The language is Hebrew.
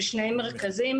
שני מרכזים.